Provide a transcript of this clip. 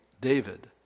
David